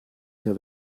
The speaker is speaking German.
der